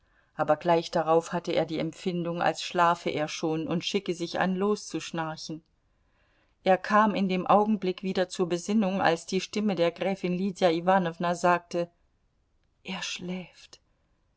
aber gleich darauf hatte er die empfindung als schlafe er schon und schicke sich an loszuschnarchen er kam in dem augenblick wieder zur besinnung als die stimme der gräfin lydia iwanowna sagte er schläft